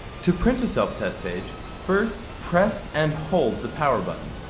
to print a self-test page, first press and hold the power button.